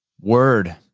word